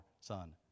Son